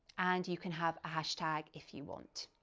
and you can have a hashtag if you want.